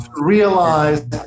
Realize